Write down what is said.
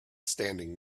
standing